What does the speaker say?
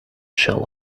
shall